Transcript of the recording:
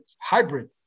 hybrid